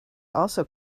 also